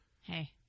Hey